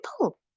people